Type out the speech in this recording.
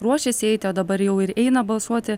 ruošėsi eiti o dabar jau ir eina balsuoti